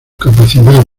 capacidad